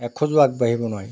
এখোজো আগবাঢ়িব নোৱাৰি